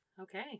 Okay